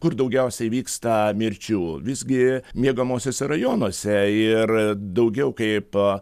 kur daugiausia įvyksta mirčių visgi miegamuosiuose rajonuose ir daugiau kaip